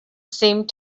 seemed